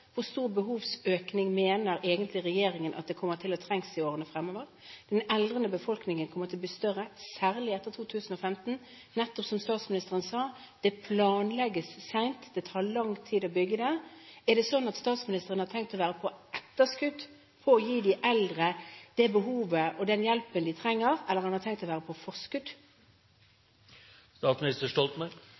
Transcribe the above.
hvor stor behovsøkning – mener egentlig regjeringen at man kommer til å trenge i årene fremover? Den eldre delen befolkningen kommer til å bli større, særlig etter 2015, og, som statsministeren sa, det går sent å planlegge, og det tar lang tid å bygge disse plassene. Er det sånn at statsministeren har tenkt å være på etterskudd når det gjelder å gi de eldre den hjelpen de trenger, eller har han tenkt å være